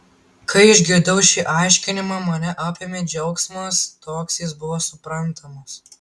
kai išgirdau šį aiškinimą mane apėmė džiaugsmas toks jis buvo suprantamas